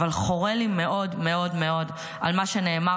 אבל חורה לי מאוד מאוד מאוד מה שנאמר